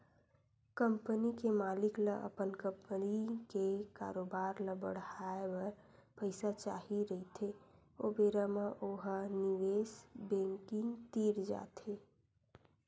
company के मालिक ल अपन कंपनी के कारोबार ल बड़हाए बर पइसा चाही रहिथे ओ बेरा म ओ ह निवेस बेंकिग तीर जाथे